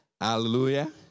Hallelujah